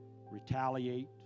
retaliate